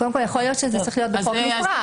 קודם כול, יכול להיות שזה צריך להיות בחוק נפרד.